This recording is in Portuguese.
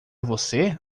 você